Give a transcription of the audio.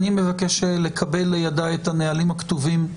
אני מבקש לקבל ליידי את הנהלים הכתובים,